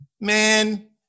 Man